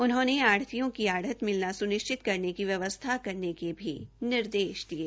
उन्होंने आढतियों की आढत मिलना सुनिष्वित करने की व्यवस्था करने के लिए भी निर्देष दिये